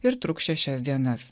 ir truks šešias dienas